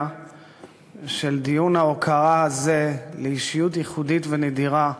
של דיון ההוקרה הזה לאישיות ייחודית ונדירה,